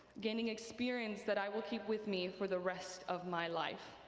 gaining experience that i will keep with me for the rest of my life.